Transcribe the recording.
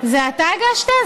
זה אתה הגשת?